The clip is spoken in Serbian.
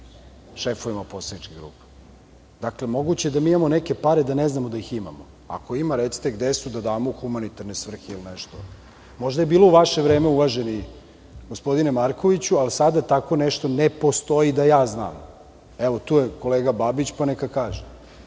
šefovima poslaničkih grupa. Dakle, moguće da mi imamo neke pare, da ne znamo da ih imamo. Ako ima, recite gde su, da damo u humanitarne svrhe. Možda je bilo u vaše vreme, uvaženi gospodine Markoviću, ali sada tako nešto ne postoji da ja znam. Tu je kolega Babić, pa neka kaže.